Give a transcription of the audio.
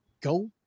go